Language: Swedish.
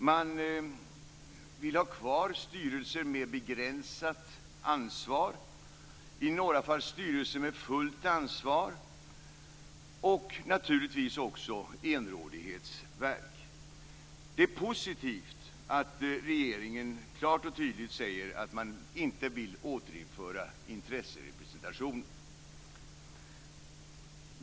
Man vill ha kvar styrelser med begränsat ansvar, i några fall styrelser med fullt ansvar och naturligtvis också enrådighetsverk. Det är positivt att regeringen klart och tydligt säger att man inte vill återinföra intresserepresentation.